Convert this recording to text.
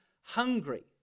hungry